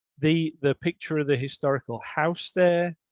the the picture of the historical house there.